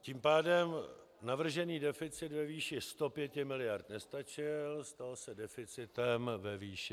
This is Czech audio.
Tím pádem navržený deficit ve výši 105 miliard nestačil, stal se deficitem ve výši 112 miliard.